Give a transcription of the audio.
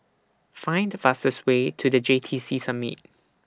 Find The fastest Way to The J T C Summit